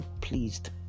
pleased